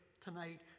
tonight